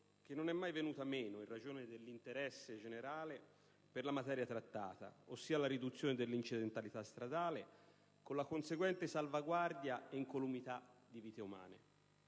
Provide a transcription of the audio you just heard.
non sono mai venute meno, in ragione dell'interesse generale per la materia trattata, ossia la riduzione dell'incidentalità stradale, con la conseguente salvaguardia ed incolumità di vite umane.